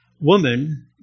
Woman